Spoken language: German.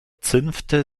zünfte